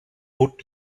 would